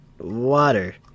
water